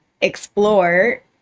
explore